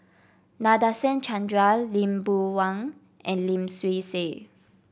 Nadasen Chandra Lee Boon Wang and Lim Swee Say